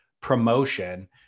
promotion